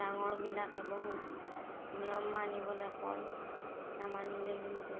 ডাঙৰবিলাকে বহুত নিয়ম মানিবলৈ কয় নামানিলে কিন্তু